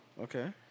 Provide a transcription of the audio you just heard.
okay